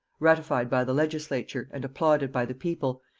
ratified by the legislature and applauded by the people,